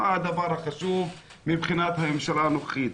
מה הדבר החשוב לממשלה הנוכחית?